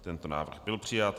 Tento návrh byl přijat.